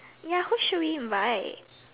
ya who should we invite